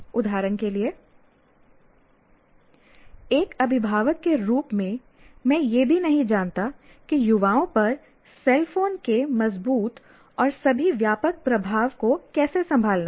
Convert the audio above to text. उदाहरण के लिए एक अभिभावक के रूप में मैं यह भी नहीं जानता कि युवाओं पर सेल फोन के मजबूत और सभी व्यापक प्रभाव को कैसे संभालना है